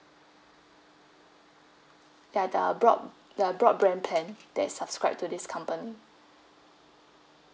ya the broad the broadband plan that is subscribed to this company